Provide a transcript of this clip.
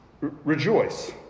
rejoice